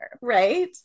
Right